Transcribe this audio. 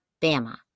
Bama